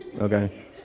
Okay